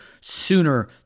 sooner